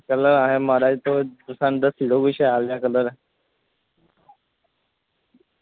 colour असें म्हाराज पसंद न शैल न कलर